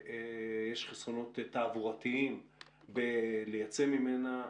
שיש חסרונות תעבורתיים בלייצא ממנה,